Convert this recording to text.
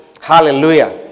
Hallelujah